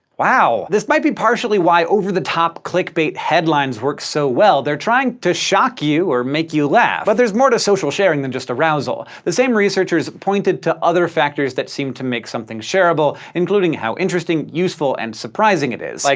wow. this might be partially why over-the-top clickbait headlines work so well they're trying to shock you or make you laugh. but there's more to social sharing than just arousal. the same researchers pointed to other factors that seem to make something shareable, including how interesting, useful, and surprising it is. like